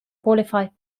qualified